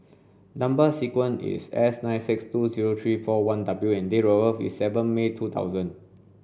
number sequence is S nine six two zero three four one W and date of birth is seven May two thousand